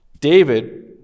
David